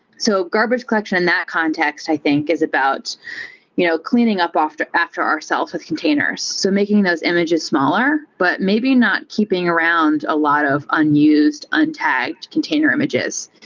so garbage collection in that context i think is about you know cleaning up after after ourselves with containers. so making those images smaller, but maybe not keeping around a lot of unused, untagged container images.